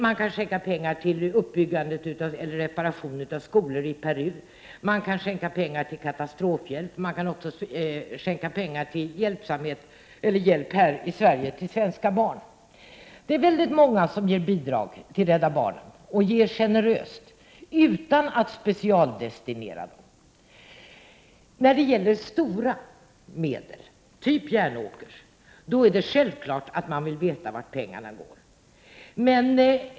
Man kan också skänka pengar till uppbyggande eller reparation av skolor i Peru. Man kan skänka pengar till katastrofhjälp, och man kan skänka pengar till hjälp för barn här i Sverige. Det är väldigt många människor som ger generösa bidrag till Rädda barnen utan att specialdestinera dem. När det gäller betydande medel, t.ex. Erik Järnåkers medel, är det självklart att givaren vill veta vart pengarna går.